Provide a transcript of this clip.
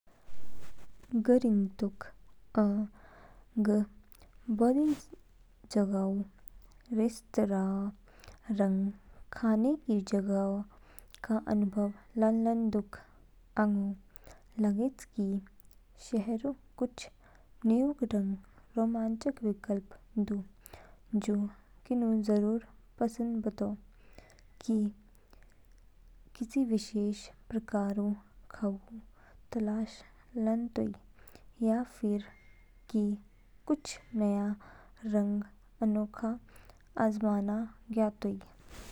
ग रिंगतोक अ, ग बोदी जगाऊ रेस्तरां रंग खाने की जगहों का अनुभव लानलान दूक। आंगू लागेच कि शहरों कुछ न्यूंग रंग रोमांचक विकल्प दू जो किनू जरूर पसंद बतो। क्या कि किसी विशेष प्रकारऊ खाऊ तलाशऊ लानतोई या फिर कि कुछ नया रंग अनोखा आजमाना ज्ञयातोई?